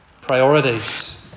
Priorities